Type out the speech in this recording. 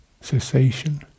cessation